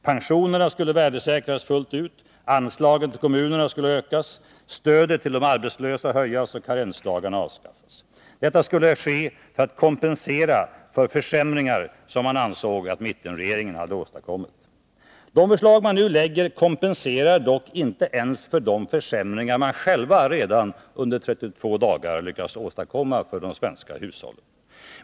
Pensionerna skulle värdesäkras fullt ut, anslagen till kommunerna skulle ökas, stödet till de arbetslösa höjas och karensdagarna avskaffas. Detta skulle ske för att kompensera för försämringar som man ansåg att mittenregeringen hade åstadkommit. De förslag regeringen nu lägger fram kompenserar dock inte ens för de försämringar för de svenska hushållen som man själv redan, under 32 dagar, har lyckats åstadkomma.